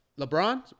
LeBron